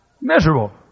Miserable